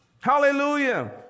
Hallelujah